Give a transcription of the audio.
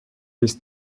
dies